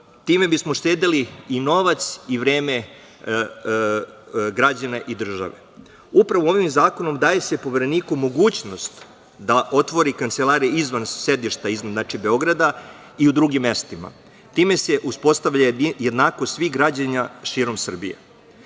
time bismo uštedeli i novac i vreme građana i države. Upravo ovim zakonom daje se Povereniku mogućnost da otvori kancelarije izvan sedišta, izvan Beograda, i u drugim mestima. Time se uspostavlja jednakost svih građana širom Srbije. Na